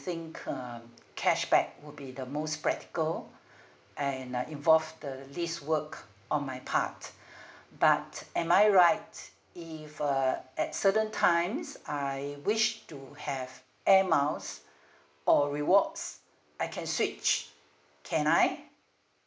think um cashback would be the most practical and uh involve the least work on my part but am I right if uh at certain times I wish to have air miles or rewards I can switch can I